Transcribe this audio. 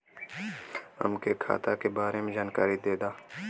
हमके खाता के बारे में जानकारी देदा?